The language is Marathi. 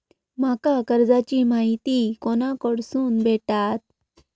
माका कर्जाची माहिती कोणाकडसून भेटात?